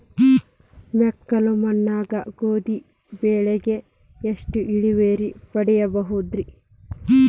ಮೆಕ್ಕಲು ಮಣ್ಣಾಗ ಗೋಧಿ ಬೆಳಿಗೆ ಎಷ್ಟ ಇಳುವರಿ ಪಡಿಬಹುದ್ರಿ?